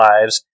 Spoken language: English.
lives